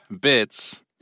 bits